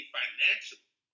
financially